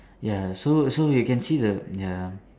ya so so you can see the ya